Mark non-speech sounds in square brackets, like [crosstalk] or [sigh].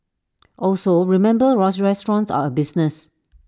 also remember [hesitation] restaurants are A business